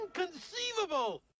Inconceivable